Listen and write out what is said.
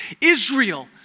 Israel